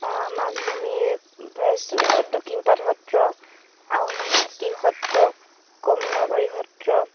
মাজুলীত আমি প্ৰায় দক্ষিণপাট সত্ৰ আউনিআটী সত্ৰ কমলাবাৰী সত্ৰ